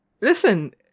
Listen